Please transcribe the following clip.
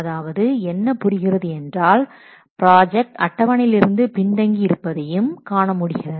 அதாவது என்ன புரிகிறது என்றால் ப்ராஜெக்ட் அட்டவணையிலிருந்து பின் தங்கி இருப்பதையும் காண முடிகிறது